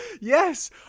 yes